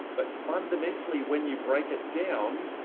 but fundamentally, when you break it down,